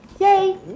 yay